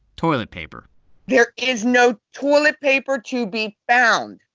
toilet paper there is no toilet paper to be found.